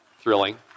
thrilling